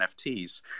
nfts